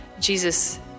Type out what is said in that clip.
Jesus